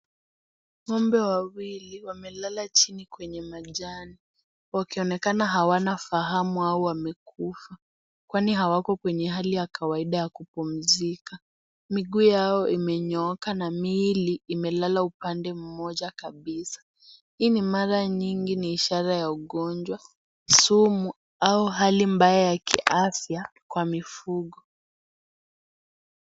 Ng'ombe wawili wamelala chini kwenye majani. Wakionekana hawana fahamu au wamekufa. kwani hawako kwenye hali ya kawaida ya kupumzika. Miguu yao imenyooka na miili imegeuka upande mmoja kabisa. Hii mara nyingi ni ishara ya ugonjwa, sumu, au hali mbaya ya kiafya, kwa mifugo.